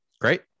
Great